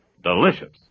Delicious